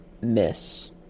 miss